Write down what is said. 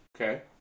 Okay